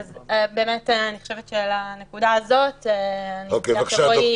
אני חושבת שעל הנקודה הזאת כדאי שרועי יענה.